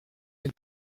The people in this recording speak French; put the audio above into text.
elle